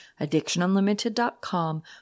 addictionunlimited.com